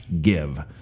give